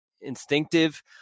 instinctive